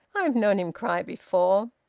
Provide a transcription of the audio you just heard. i've known him cry before.